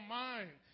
mind